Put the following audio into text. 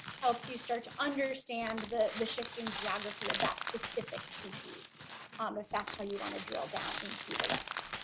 helps you start to understand the the shifting geography of that specific species um if that's how you want to drill down into the list